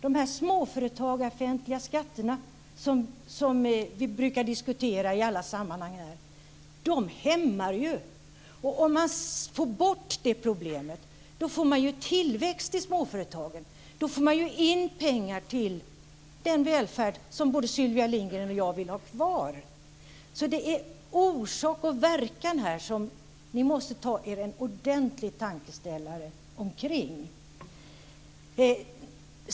De småföretagarfientliga skatterna, som vi brukar diskutera i olika sammanhang här, hämmar ju. Om man får bort det problemet får man tillväxt i småföretagen. Då får man in pengar till den välfärd som både Sylvia Lindgren och jag vill ha kvar. Så det är orsak och verkan här som ni måste ta er en ordentlig tankeställare omkring.